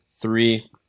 three